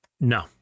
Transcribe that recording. No